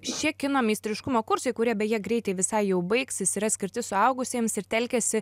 šie kino meistriškumo kursai kurie beje greitai visai jau baigsis yra skirti suaugusiems ir telkiasi